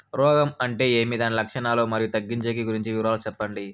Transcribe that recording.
రోగం అంటే ఏమి దాని లక్షణాలు, మరియు తగ్గించేకి గురించి వివరాలు సెప్పండి?